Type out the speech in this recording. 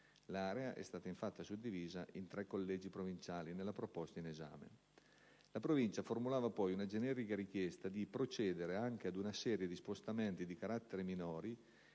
L'area è stata infatti suddivisa in tre collegi provinciali nella proposta in esame. La Provincia formulava, poi, una generica richiesta di «procedere anche ad una serie di spostamenti di carattere minore